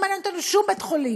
לא מעניין אותנו שום בית-חולים,